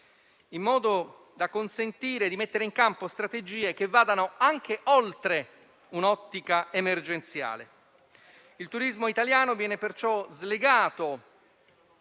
in modo da consentire di mettere in campo strategie oltre un'ottica emergenziale. Il turismo italiano viene perciò slegato